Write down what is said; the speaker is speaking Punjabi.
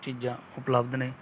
ਚੀਜ਼ਾਂ ਉਪਲੱਬਧ ਨੇ